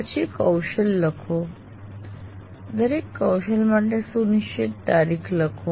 પછી કૌશલ લખો દરેક કૌશલ માટે સુનિશ્ચિત તારીખો લખો